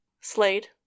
Slade